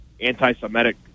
anti-Semitic